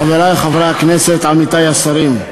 חברי חברי הכנסת, עמיתי השרים,